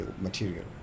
material